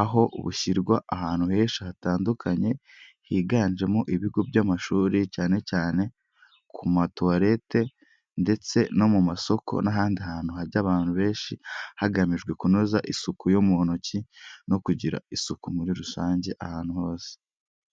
aho bushyirwa ahantu henshi hatandukanye higanjemo ibigo by'amashuri cyane cyane ku matuwaret, e ndetse no mu masoko n'ahandi hantu hajya abantu benshi, hagamijwe kunoza isuku yo mu ntoki no kugira isuku muri rusange ahantu hose.